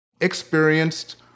experienced